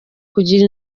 kugira